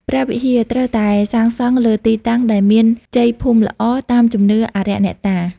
ព្រះវិហារ ត្រូវតែសាងសង់លើទីតាំងដែលមានជ័យភូមិល្អតាមជំនឿអារក្សអ្នកតា។